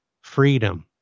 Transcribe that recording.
Freedom